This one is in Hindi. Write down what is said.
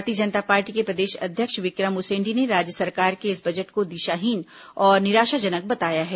भारतीय जनता पार्टी के प्रदेश अध्यक्ष विक्रम उसेंडी ने राज्य सरकार के इस बजट को दिशाहीन और निराशाजनक बताया है